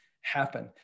happen